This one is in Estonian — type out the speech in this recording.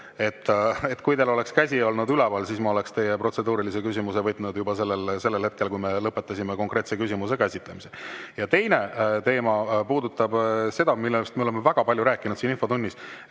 Kui teil oleks käsi olnud üleval, siis ma oleksin teie protseduurilise küsimuse võtnud juba sellel hetkel, kui me lõpetasime konkreetse küsimuse käsitlemise. Teine teema puudutab seda, millest me oleme siin infotunnis